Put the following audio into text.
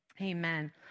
Amen